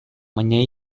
baina